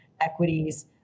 equities